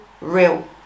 real